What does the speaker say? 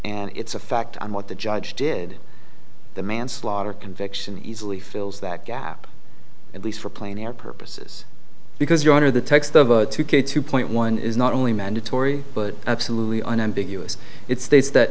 and it's a fact and what the judge did the manslaughter conviction easily fills that gap at least for plain air purposes because you're under the text of a two k two point one is not only mandatory but absolutely unambiguous it states that